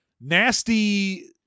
nasty